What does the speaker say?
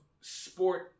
sport